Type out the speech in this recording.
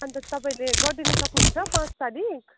अन्त तपाईँले गरिदिन सक्नुहुन्छ पाँच तारिक